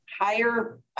higher